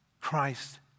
Christ